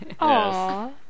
Yes